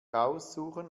aussuchen